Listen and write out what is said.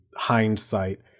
hindsight